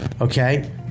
Okay